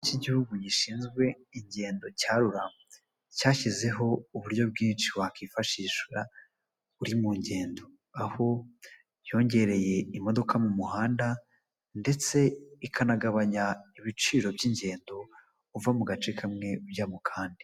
Ikigo gishinzwe ingendo cya RURA cyashyizeho uburyo bwinshi wa kwifashisha uri mu ngendo aho yongereye imodoka mu muhanda ndetse ikanagabanya ibiciro by'ingendo uva mu gace kamwe byo mu kandi.